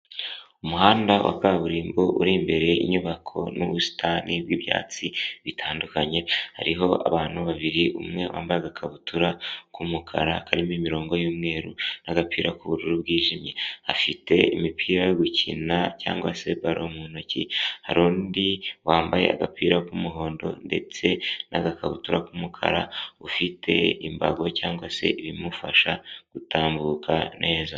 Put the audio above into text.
Umuhanda wa kaburimbo uri imbere y'inyubako n'ubusitani bw'ibyatsi bitandukanye, hariho abantu babiri umwe wambaye agakabutura k'umukara karimo imirongo y'umweru n'agapira k'ubururu bwijimye. Afite imipira yo gukina cyangwa se baro mu ntoki, hari undi wambaye agapira k'umuhondo ndetse n'agakabutura k'umukara ufite imbago cyangwa se ibimufasha gutambuka neza.